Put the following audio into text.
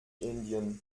indien